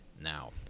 now